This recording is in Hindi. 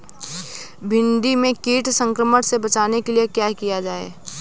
भिंडी में कीट संक्रमण से बचाने के लिए क्या किया जाए?